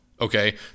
Okay